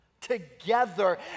Together